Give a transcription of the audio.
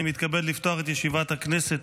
אני מתכבד לפתוח את ישיבת הכנסת.